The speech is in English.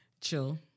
chill